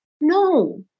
No